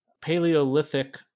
paleolithic